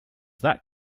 that